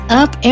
up